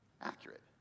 accurate